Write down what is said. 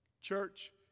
Church